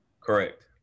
Correct